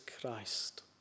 Christ